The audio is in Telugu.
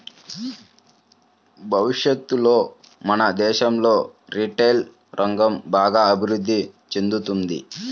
భవిష్యత్తులో మన దేశంలో రిటైల్ రంగం బాగా అభిరుద్ధి చెందుతుంది